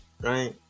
right